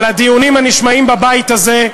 על הדיונים הנשמעים בבית הזה,